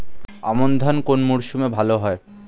আমন ধান কোন মরশুমে ভাল হয়?